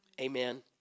Amen